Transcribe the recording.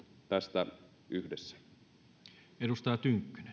tästä yhdessä